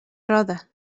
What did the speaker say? roda